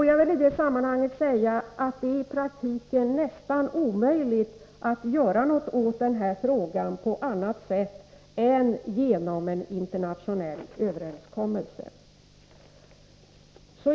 Jag vill i det sammanhanget säga att det i praktiken är nästan omöjligt att göra något åt denna fråga på annat sätt än genom en internationell överenskommelse.